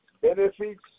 Benefits